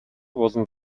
болон